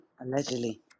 Allegedly